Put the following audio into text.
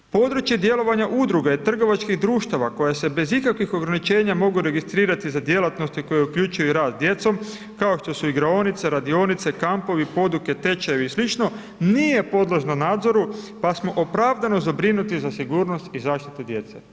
Područje djelovanja udruge trgovačkih društava koja se bez ikakvih ograničenja mogu registrirati za djelatnosti koje uključuju i rad s djecom kao što su igraonice, radionice, kampovi, poduke i slično nije podložno nadzoru pa smo opravdano zabrinuti za sigurnost i zaštitu djece.